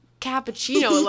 cappuccino